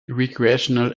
recreational